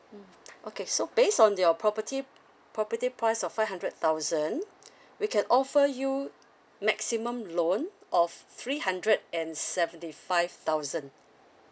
mm okay so based on your property property price of five hundred thousand we can offer you maximum loan of three hundred and seventy five thousand